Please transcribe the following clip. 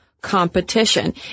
competition